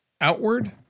outward